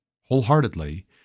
wholeheartedly